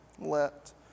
let